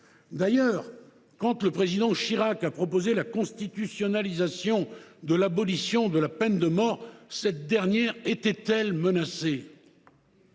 la République Jacques Chirac a proposé la constitutionnalisation de l’abolition de la peine de mort, cette dernière était elle menacée ?